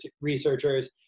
researchers